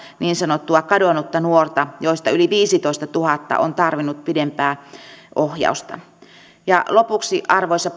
niin sanottua kadonnutta nuorta joista yli viisitoistatuhatta on tarvinnut pidempää ohjausta ja lopuksi arvoisa